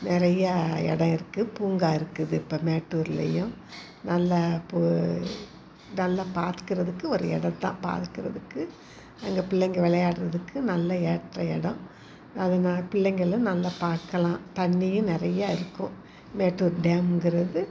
நிறையா இடம் இருக்கு பூங்கா இருக்குது இப்போ மேட்டூர்லையும் நல்ல பூ நல்லா பார்க்குறதுக்கு ஒரு இடம் தான் பார்க்குறதுக்கு எங்கள் பிள்ளைங்க விளையாட்றதுக்கு நல்ல ஏற்ற இடம் அதுனா பிள்ளைங்களும் நல்ல பார்க்கலாம் தண்ணியும் நிறையா இருக்கும் மேட்டூர் டேம்ங்கிறது